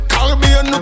Caribbean